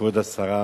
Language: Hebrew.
כבוד השר,